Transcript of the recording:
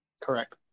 Correct